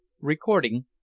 Recording